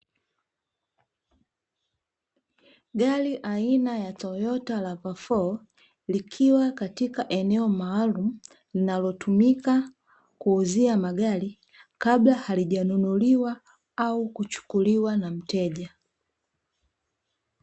Gari aina ya Toyota Rava4,likiwa katika eneo maalum, linalotumika kuuzia magari kabla halijanunuliwa au kuchukuliwa na mteja.